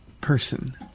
person